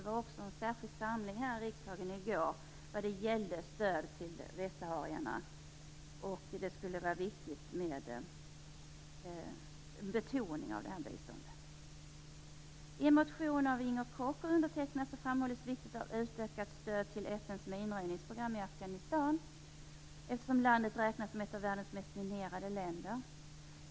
Vi hade en särskild samling här i riksdagen i går som gällde stöd till västsaharierna. En betoning av detta bistånd skulle vara viktig. I en motion av Inger Koch och undertecknad framhålls vikten av ett utökat stöd till FN:s minröjningsprogram i Afghanistan, eftersom landet räknas som ett av världens mest minerade länder.